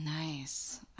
nice